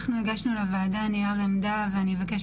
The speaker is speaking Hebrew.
אנחנו הגשנו לוועדה נייר עמדה ואני מבקשת